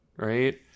Right